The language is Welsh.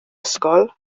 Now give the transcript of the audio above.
ysgol